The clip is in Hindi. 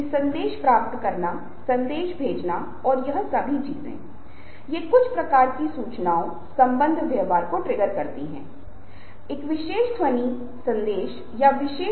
इसलिए हम एक त्वरित सर्वेक्षण करेंगे हमारे पास ऐसे प्रश्नों का एक सेट होगा जो लिंग से संबंधित होगा और यह भी की जिस तरह से आप अन्य लिंग प्रतिक्रिया अनुभव करेंगे